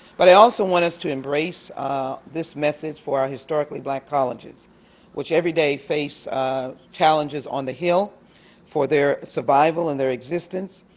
but i also want us to embrace this message for our historically black colleges which every day face challenges on the hill for their survival and their existence.